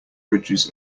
bridges